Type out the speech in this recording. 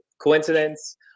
Coincidence